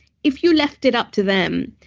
if you left it up to them,